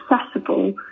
accessible